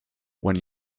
when